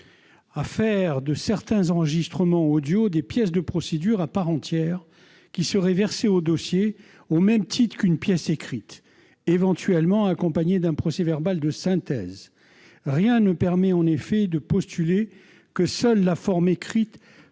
à faire de certains enregistrements audio des pièces de procédure à part entière qui seraient versées au dossier, au même titre qu'une pièce écrite, éventuellement accompagnées d'un procès-verbal de synthèse. Rien ne permet en effet de postuler que seule la forme écrite